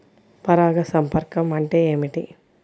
పరాగ సంపర్కం అంటే ఏమిటి?